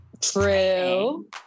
True